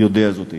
יודע זאת היטב.